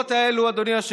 ריקודים, להקות,